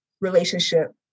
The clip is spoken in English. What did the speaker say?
relationship